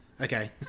Okay